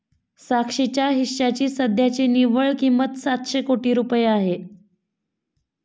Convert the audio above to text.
साक्षीच्या हिश्श्याची सध्याची निव्वळ किंमत सातशे कोटी रुपये आहे